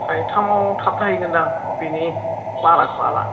थाइथामाव थाबथाहैगोन दां बिनि बाराखौ हाला